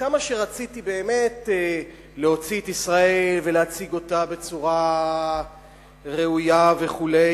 כמה שרציתי באמת להוציא את ישראל ולהציג אותה בצורה ראויה וכו',